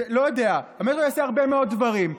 לא יודע, המטרו יעשה הרבה מאוד דברים.